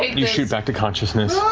you shoot back to consciousness.